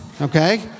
Okay